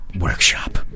workshop